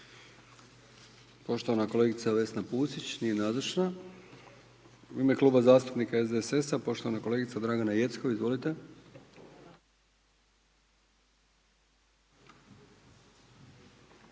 Poštovana kolegica Vesna Pusić, nije nazočna. U ime Kluba zastupnika SDSS-a poštovana kolegica Dragana Jeckov.